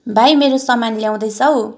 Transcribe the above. भाइ मेरो सामान ल्याउँदैछौ